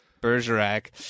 Bergerac